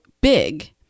big